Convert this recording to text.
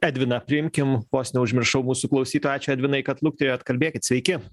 edviną priimkim vos neužmiršau mūsų klausytoją ačiū edvinai kad luktelėjot kalbėkit sveiki